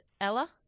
Ella